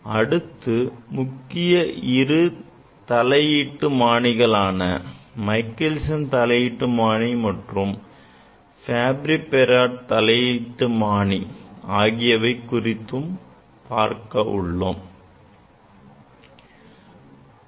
அடுத்து முக்கிய இரு தலையீட்டுமானிகளான Michelson தலையீட்டுமானி மற்றும் Fabry Perot தலையீட்டுமானி குறித்து பார்க்க உள்ளோம்